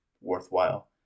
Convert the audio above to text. worthwhile